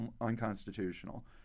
unconstitutional